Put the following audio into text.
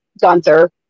gunther